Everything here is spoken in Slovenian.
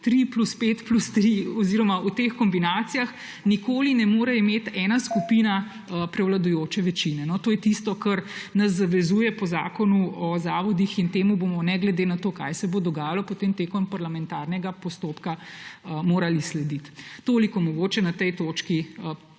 ali 3+5+3 oziroma o teh kombinacijah, nikoli ne more imeti ena skupina prevladujoče večine. To je tisto, kar nas zavezuje po Zakonu o zavodih, in temu bomo ne glede na to, kaj se bo dogajalo potem med parlamentarnima postopkom, morali slediti. Toliko mogoče na tej točki